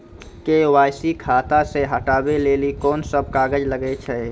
KYC खाता से हटाबै लेली कोंन सब कागज लगे छै?